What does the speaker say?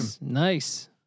Nice